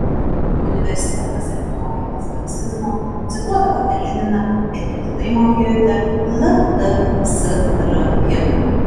universitetuose mokėtės marksizmo cituodavote leniną ir mintinai mokėjote ltsr himną